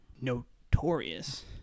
Notorious